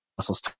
muscles